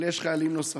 אבל יש חיילים נוספים.